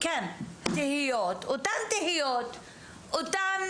-- העליתם את אותן תהיות ואת אותה